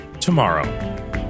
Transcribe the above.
tomorrow